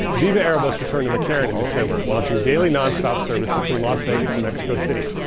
viva aerobus returned to mccarran in december launching daily non-stop service between las vegas and mexico city.